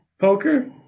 poker